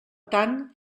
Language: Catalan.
tant